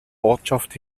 ortschaft